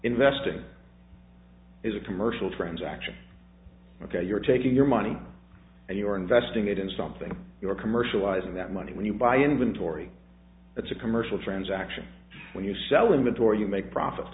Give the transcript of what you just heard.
investing is a commercial transaction ok you're taking your money and you're investing it in something you're commercializing that money when you buy inventory that's a commercial transaction when you sell inventory you make profit